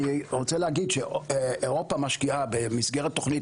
אני רוצה להגיד שאירופה משקיעה במסגרת תוכנית